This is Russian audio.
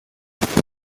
решения